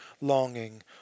longing